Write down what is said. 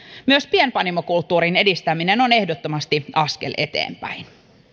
myös pienpanimokulttuurin edistäminen on ehdottomasti askel eteenpäin